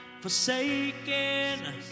forsaken